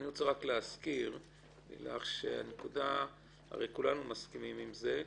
אני רוצה רק להזכיר לך שהנקודה הרי כולנו מסכימים עם זה,